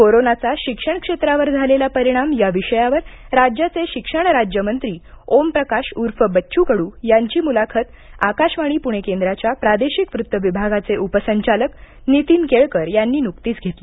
कोरोनाचा शिक्षण क्षेत्रावर झालेला परिणाम या विषयावर राज्याचे शिक्षण राज्यमंत्री ओमप्रकाश ऊर्फ बच्चू कडू यांची मुलाखत आकाशवाणी प्णे केंद्राच्या प्रादेशिक वृत्त विभागाचे उप संचालक नीतीन केळकर यांनी नुकतीच घेतली